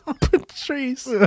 Patrice